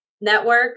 network